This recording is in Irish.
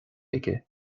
aige